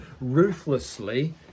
ruthlessly